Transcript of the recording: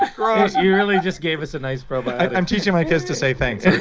um ah you really just gave us a nice probiotic i'm teaching my kids to say thanks